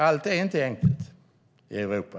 Allt är inte enkelt i Europa.